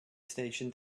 station